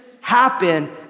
happen